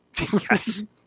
Yes